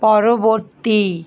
পরবর্তী